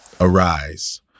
arise